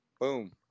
Boom